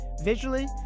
Visually